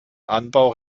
anbau